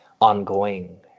ongoing